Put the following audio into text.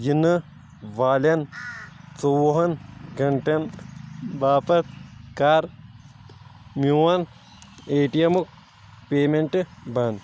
یِنہٕ والٮ۪ن ژۄوُہن گنٹن باپتھ کَر میون اے ٹی ایمُک پیمنٹہٕ بنٛد